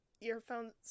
earphones